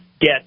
get